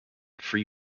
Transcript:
free